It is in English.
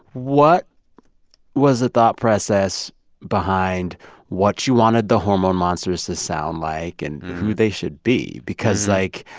what was the thought process behind what you wanted the hormone monsters to sound like and who they should be? because, like,